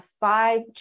five